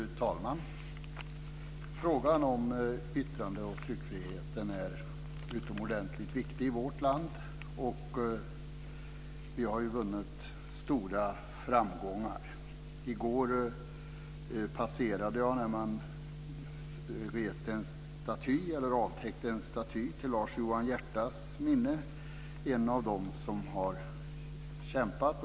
Fru talman! Frågan om yttrande och tryckfriheten är utomordentligt viktig i vårt land, och vi har ju vunnit stora framgångar. I går såg jag när man avtäckte en staty till Lars Johan Hiertas minne. Det är en av dem som har kämpat.